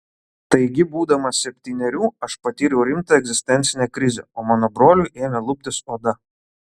taigi būdamas septynerių aš patyriau rimtą egzistencinę krizę o mano broliui ėmė luptis oda